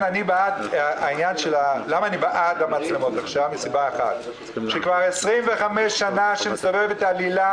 אני בעד המצלמות מכיוון ש-25 שנה מסתובבת המילה